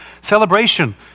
Celebration